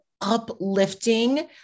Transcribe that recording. uplifting